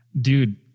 Dude